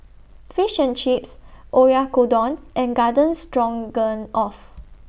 Fish and Chips Oyakodon and Garden Stroganoff